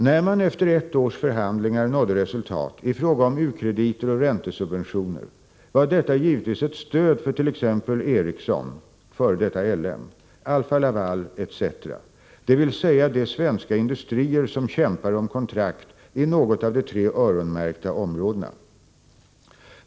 När man efter ett års förhandlingar nådde resultat i fråga om u-krediter och räntesubventioner var detta givetvis ett stöd för tex Ericsson , 89 Alfa-Laval etc, dvs de svenska industrier som kämpar om kontrakt i något av de tre öronmärkta områdena.